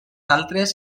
altres